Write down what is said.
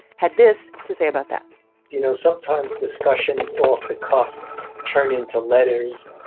had this to say about that you know, sometimes discussions off the cuff turn into letters,